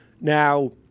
now